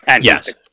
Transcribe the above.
Yes